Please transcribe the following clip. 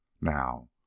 Now